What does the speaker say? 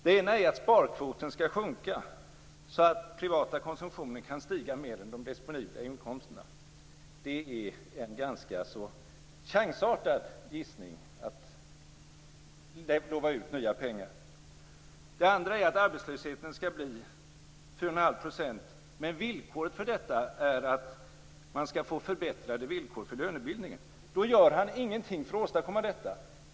Det ena är att sparkvoten skall sjunka så att den privata konsumtionen kan stiga mer än de disponibla inkomsterna. Det är en ganska chansartad gissning för att lova ut nya pengar. Det andra är att arbetslösheten skall bli 4 1⁄2 %. Men villkoret för detta är att man skall få förbättrade villkor för lönebildningen.